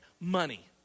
money